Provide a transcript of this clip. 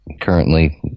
currently